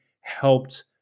helped